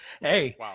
Hey